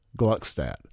Gluckstadt